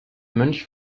mönch